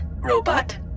Robot